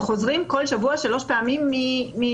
הם חוזרים כל שבוע שלוש פעמים מחו"ל,